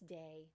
day